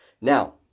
Now